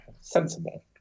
Sensible